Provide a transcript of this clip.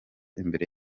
imbere